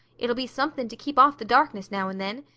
it'll be something to keep off the darkness now and then.